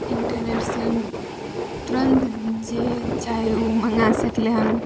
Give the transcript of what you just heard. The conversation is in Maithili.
इन्टरनेटसँ तुरन्त जे चाहे उ मङ्गा सकलै हन